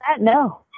No